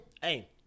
hey